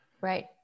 right